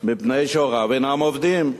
מפני שהוריו אינם עובדים.